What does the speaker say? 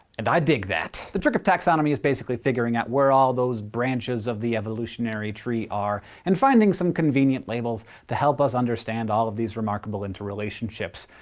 and i dig that. the trick of taxonomy, is basically figuring out where all those branches of the evolutionary tree are, and finding some convenient labels to help us understand all of these remarkable interrelationships.